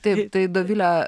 taip tai dovilę